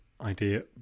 idea